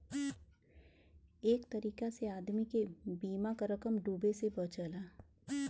एक तरीका से आदमी के बीमा क रकम डूबे से बचला